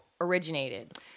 originated